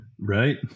Right